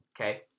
Okay